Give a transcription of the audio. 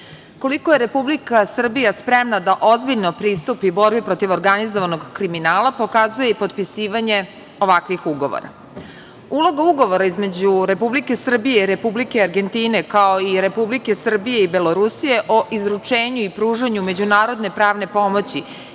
Koliko je Republika Srbija spremna da ozbiljno pristupi borbi protiv organizovanog kriminala pokazuje i potpisanje ovakvih ugovora. Uloga ugovora između Republike Srbije i Republike Argentine, kao i Republike Srbije i Belorusije o izručenju i pružanju međunarodne pravne pomoći